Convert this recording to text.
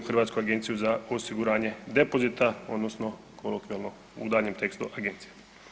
Hrvatsku agenciju za osiguranje depozita odnosno kolokvijalno u daljnjem tekstu Agencija.